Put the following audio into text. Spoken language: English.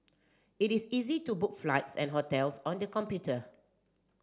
it is easy to book flights and hotels on the computer